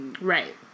right